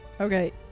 Okay